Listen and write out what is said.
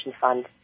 fund